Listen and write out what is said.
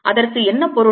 அதற்கு என்ன பொருள்